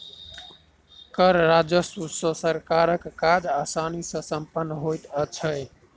कर राजस्व सॅ सरकारक काज आसानी सॅ सम्पन्न होइत छै